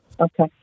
Okay